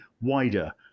wider